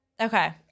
Okay